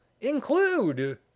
include